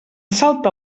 salta